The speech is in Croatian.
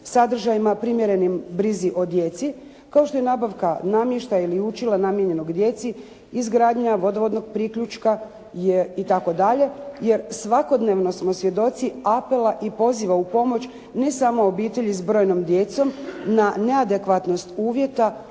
sadržajima primjerenim brizi o djeci, kao što je nabavka namještaja ili učila namijenjenog djeci, izgradnja vodovodnog priključka itd., jer svakodnevno smo svjedoci apela i poziva upomoć ne samo obitelji s brojnom djecom na neadekvatnost uvjeta